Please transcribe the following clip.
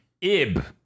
Ib